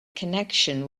connection